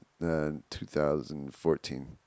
2014